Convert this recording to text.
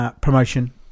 promotion